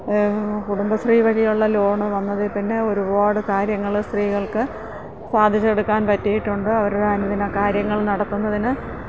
കുടുംബശ്രീ വഴിയുള്ള ലോണ് വന്നതില്പ്പിന്നെ ഒരുപാട് കാര്യങ്ങള് സ്ത്രീകൾക്കു സാധിച്ചെടുക്കാൻ പറ്റിയിട്ടുണ്ട് അവരുടെ അനുദിന കാര്യങ്ങൾ നടത്തുന്നതിന്